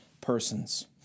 persons